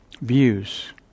views